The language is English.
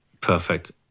Perfect